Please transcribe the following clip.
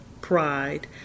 pride